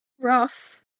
Rough